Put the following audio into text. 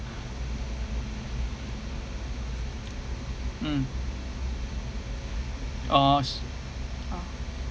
mm